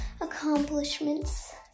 accomplishments